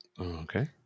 Okay